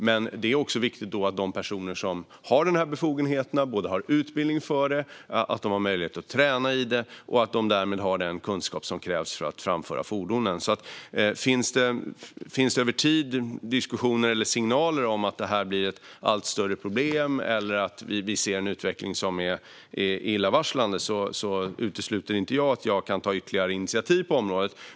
Men då är det också viktigt att de personer som har denna befogenhet har utbildning för det, har möjlighet att träna och därmed också har den kunskap som krävs för att framföra fordonen. Om det över tid finns diskussioner eller signaler om att detta blir ett allt större problem eller om vi ser en utveckling som är illavarslande utesluter jag inte att jag kan ta ytterligare initiativ på området.